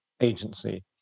agency